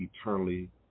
eternally